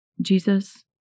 Jesus